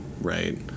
right